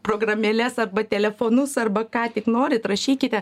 programėles arba telefonus arba ką tik norit rašykite